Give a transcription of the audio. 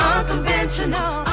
Unconventional